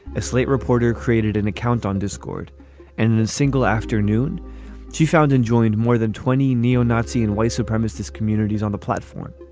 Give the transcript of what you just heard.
a slate reporter created an account on discord and in a single afternoon she found and joined more than twenty neo-nazi and white supremacist communities on the platform